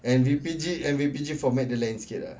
N_V_P_G N_V_P_G format dia lain sikit lah